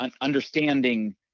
understanding